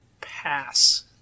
Pass